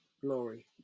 glory